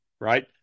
right